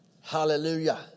hallelujah